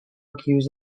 accuse